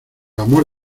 amor